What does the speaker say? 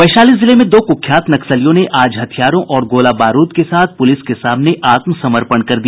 वैशाली जिले में दो कुख्यात नक्सलियों ने आज हथियारों और गोला बारूद के साथ पुलिस के सामने आत्मसमर्पण कर दिया